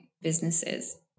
businesses